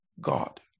God